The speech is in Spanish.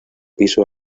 piso